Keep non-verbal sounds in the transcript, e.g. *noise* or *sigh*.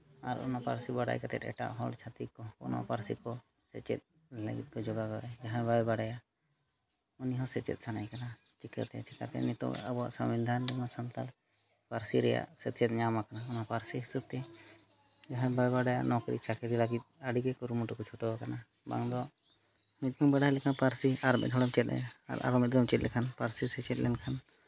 ᱟᱨ ᱚᱱᱟ ᱯᱟᱹᱨᱥᱤ ᱵᱟᱲᱟᱭ ᱠᱟᱛᱮᱫ ᱮᱴᱟᱜ ᱦᱚᱲ ᱪᱷᱟᱹᱛᱤᱠ ᱚᱱᱟ ᱯᱟᱹᱨᱥᱤ ᱠᱚ ᱥᱮᱪᱮᱫ *unintelligible* ᱡᱟᱦᱟᱸᱭ ᱵᱟᱭ ᱵᱟᱲᱟᱭᱟ ᱩᱱᱤ ᱦᱚᱸ ᱥᱮᱪᱮᱫ ᱥᱟᱱᱟᱭᱮ ᱠᱟᱱᱟ ᱪᱤᱠᱟᱹᱛᱮ ᱟᱵᱚᱣᱟᱜ ᱥᱚᱝᱵᱤᱫᱷᱟᱱ ᱨᱮᱢᱟ ᱟᱵᱚᱣᱟᱜ ᱥᱟᱱᱛᱟᱲᱤ ᱯᱟᱹᱨᱥᱤ ᱨᱮᱭᱟᱜ ᱥᱮᱪᱮᱫ ᱧᱟᱢ ᱟᱠᱟᱱᱟ ᱚᱱᱟ ᱯᱟᱹᱨᱥᱤ ᱦᱤᱥᱟᱹᱵ ᱛᱮ ᱡᱟᱦᱟᱸᱭ ᱵᱟᱭ ᱵᱟᱰᱟᱭᱟ ᱱᱚᱠᱨᱤ ᱪᱟᱹᱠᱨᱤ ᱞᱟᱹᱜᱤᱫ ᱟᱹᱰᱤᱜᱮ ᱠᱩᱨᱩᱢᱩᱴᱩ ᱠᱚ ᱪᱷᱩᱴᱟᱹᱣ ᱠᱟᱱᱟ ᱵᱟᱝᱫᱚ ᱢᱤᱫ ᱮᱢ ᱵᱟᱲᱟᱭ ᱞᱮᱠᱷᱟᱱ ᱯᱟᱹᱨᱥᱤ ᱟᱨ ᱢᱤᱫ ᱦᱚᱲᱮᱢ ᱪᱮᱫ ᱟᱭᱟ ᱟᱨ ᱢᱤᱫ ᱫᱷᱟᱣ ᱪᱮᱫ ᱞᱮᱱᱠᱷᱟᱱ ᱯᱟᱹᱨᱥᱤ ᱥᱮᱪᱮᱫ ᱞᱮᱱᱠᱷᱟᱱ